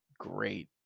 great